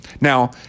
Now